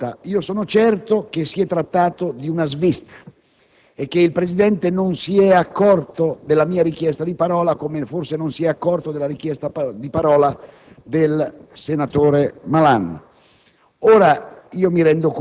e non l'ho ottenuta. Sono certo che si è trattato di una svista e che il Presidente non si è accorto della mia richiesta, come forse non si è accorto della richiesta di parola del senatore Malan.